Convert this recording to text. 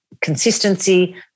Consistency